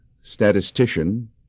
statistician